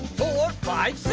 four, five,